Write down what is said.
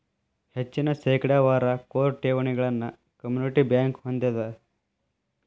ಹೆಚ್ಚಿನ ಶೇಕಡಾವಾರ ಕೋರ್ ಠೇವಣಿಗಳನ್ನ ಕಮ್ಯುನಿಟಿ ಬ್ಯಂಕ್ ಹೊಂದೆದ